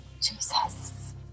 Jesus